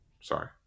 Sorry